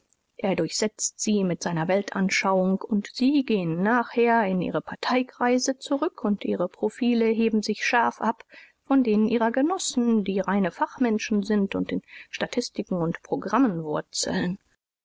er durchsetzt sie mit seiner weltanschauung u sie gehen nachher in ihre parteikreise zurück u ihre profile heben sich scharf ab von denen ihrer genossen die reine fachmenschen sind u in statistiken u programmen wurzeln